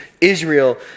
Israel